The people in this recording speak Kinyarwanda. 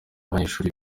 abanyeshuri